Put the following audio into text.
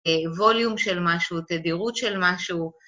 ווליום של משהו, תדירות של משהו